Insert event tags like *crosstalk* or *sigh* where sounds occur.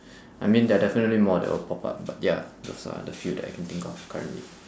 *breath* I mean there are definitely more that will pop up but ya those are the few I can think of currently